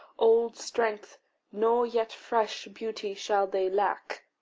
old strength nor yet fresh beauty shall they lack.